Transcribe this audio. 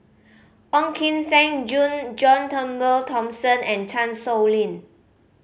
Ong Kim Seng John Turnbull Thomson and Chan Sow Lin